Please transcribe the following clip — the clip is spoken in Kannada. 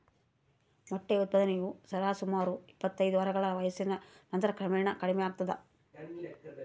ಮೊಟ್ಟೆ ಉತ್ಪಾದನೆಯು ಸರಿಸುಮಾರು ಇಪ್ಪತ್ತೈದು ವಾರಗಳ ವಯಸ್ಸಿನ ನಂತರ ಕ್ರಮೇಣ ಕಡಿಮೆಯಾಗ್ತದ